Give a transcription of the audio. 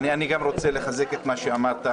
אני גם רוצה לחזק את מה שאמרת,